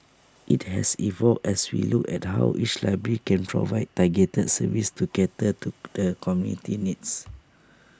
IT has evolved as we look at how each library can provide targeted services to cater to the community's needs